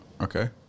Okay